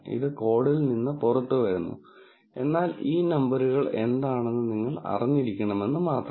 ഇത് കോഡിൽ നിന്ന് പുറത്തുവരുന്നു എന്നാൽ ഈ നമ്പറുകൾ എന്താണെന്ന് നിങ്ങൾ അറിഞ്ഞിരിക്കണമെന്ന് മാത്രം